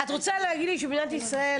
את רוצה להגיד לי שבמדינת ישראל,